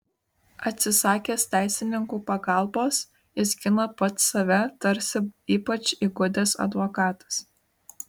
atsisakęs teisininkų pagalbos jis gina pats save tarsi ypač įgudęs advokatas